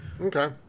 Okay